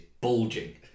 bulging